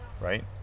right